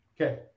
Okay